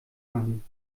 machen